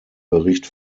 bericht